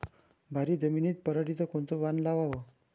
भारी जमिनीत पराटीचं कोनचं वान लावाव?